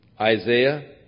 Isaiah